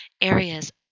areas